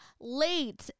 late